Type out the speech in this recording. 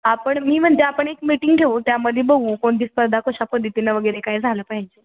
आपण मी म्हणते आपण एक मीटिंग घेऊ त्यामध्ये बघू कोणती स्पर्धा कशा पद्धतीनं वगैरे काय झालं पाहिजे